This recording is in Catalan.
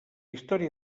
història